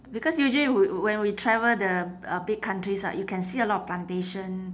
because usually we when we travel the uh big countries right you can see a lot of plantation